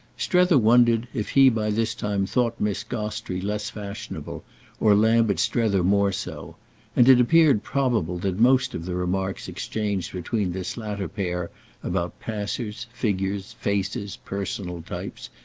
strether wondered if he by this time thought miss gostrey less fashionable or lambert strether more so and it appeared probable that most of the remarks exchanged between this latter pair about passers, figures, faces, personal types,